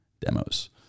demos